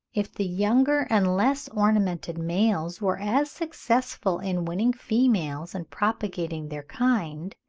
if the younger and less ornamented males were as successful in winning females and propagating their kind,